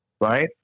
right